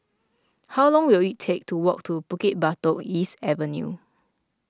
how long will it take to walk to Bukit Batok East Avenue